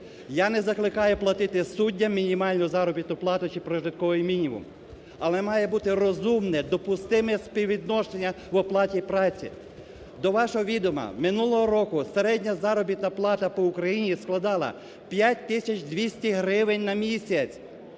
Я не закликаю платити суддям мінімальну заробітну плату чи прожитковий мінімум, але має бути розумне, допустиме співвідношення в оплаті праці. До вашого відома минулого року середня заробітна плата по Україні складала 5 тисяч 200 гривень на місяць.